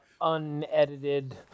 unedited